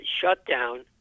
shutdown